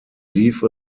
leave